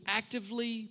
actively